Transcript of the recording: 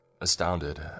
Astounded